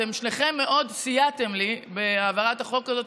אתם שניכם מאוד סייעתם לי בהעברת הצעת החוק הזאת.